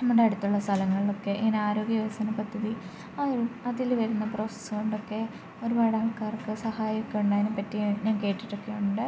നമ്മുടെ അടുത്തുള്ള സ്ഥലങ്ങളിലൊക്കെ ഇങ്ങനെ ആരോഗ്യ വികസന പദ്ധതി അതിൽ വരുന്ന പ്രോസസ്സ് ഫണ്ടൊക്കെ ഒരുപാട് ആൾക്കാർക്കു സഹായമൊക്കെ ഉണ്ടായേനെ പറ്റി ഞാൻ കേട്ടിട്ടൊക്കെ ഉണ്ട്